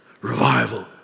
revival